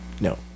No